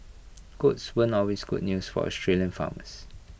goats weren't always good news for Australian farmers